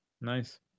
Nice